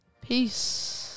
Peace